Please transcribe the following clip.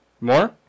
More